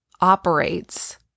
operates